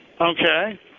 Okay